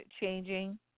changing